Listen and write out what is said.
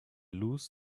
lose